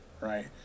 right